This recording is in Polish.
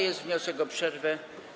Jest wniosek o przerwę.